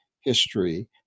history